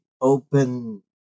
open